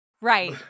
Right